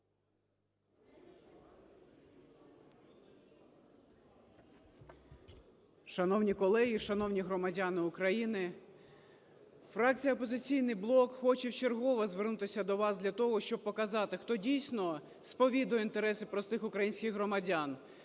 Шановні колеги, шановні громадяни України! Фракція "Опозиційний блок" хоче вчергове звернутися до вас для того, щоб показати, хто дійсно сповідує інтереси простих українських громадян,